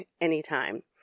anytime